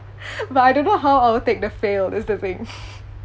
but I don't know how I will take the fail that's the thing